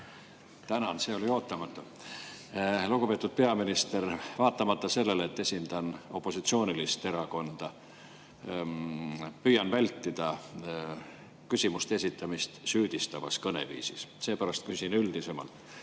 Tänan! See oli ootamatu. Lugupeetud peaminister! Vaatamata sellele, et ma esindan opositsioonilist erakonda, püüan vältida küsimuste esitamist süüdistavas kõneviisis. Seepärast küsin üldisemalt.